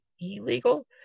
illegal